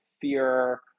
fear